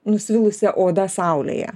nusvilusia oda saulėje